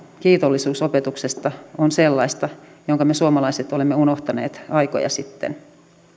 kiitollisuus opetuksesta on sellaista jonka me suomalaiset olemme unohtaneet aikoja sitten